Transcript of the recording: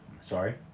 Sorry